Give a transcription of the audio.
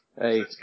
Hey